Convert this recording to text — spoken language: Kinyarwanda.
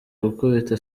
gukubita